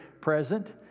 present